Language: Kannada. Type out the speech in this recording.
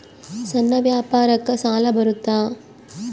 ಸಣ್ಣ ವ್ಯಾಪಾರಕ್ಕ ಸಾಲ ಬರುತ್ತಾ?